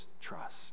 trust